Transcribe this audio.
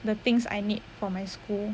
the things I need for my school